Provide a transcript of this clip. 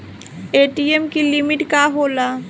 ATM की limit का होला?